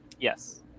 Yes